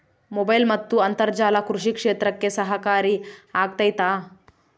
Mobile ಮತ್ತು ಅಂತರ್ಜಾಲ ಕೃಷಿ ಕ್ಷೇತ್ರಕ್ಕೆ ಸಹಕಾರಿ ಆಗ್ತೈತಾ?